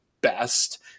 best